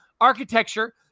architecture